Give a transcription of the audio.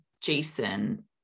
Jason